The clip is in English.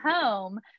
home